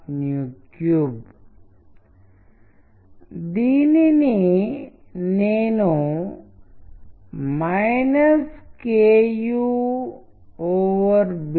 16వ శతాబ్దపు పద్యం మళ్లీ ఇమేజ్ యొక్క మూలకంతో వ్యవహరిస్తుంది